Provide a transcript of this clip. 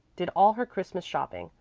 did all her christmas shopping,